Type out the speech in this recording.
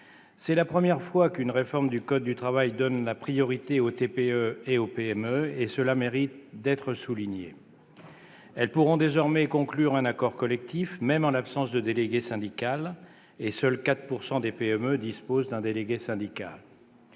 C'est la première fois qu'une réforme du code du travail donne la priorité aux TPE et PME. Cela mérite d'être souligné. Elles pourront désormais conclure un accord collectif, même en l'absence de délégué syndical. Il faut savoir que 4 % seulement des PME disposent d'un délégué syndical.